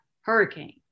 hurricane